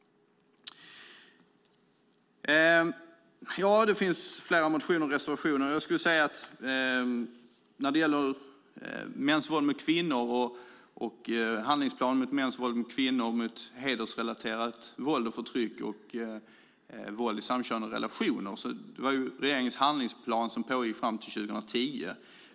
Det finns flera motioner och reservationer. När det gäller handlingsplanen mot mäns våld mot kvinnor, hedersrelaterat våld och förtryck och våld i samkönade relationer var det regeringens handlingsplan som gällde fram till 2010.